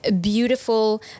beautiful